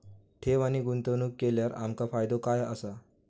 ठेव आणि गुंतवणूक केल्यार आमका फायदो काय आसा?